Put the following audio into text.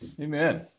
amen